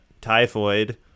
Typhoid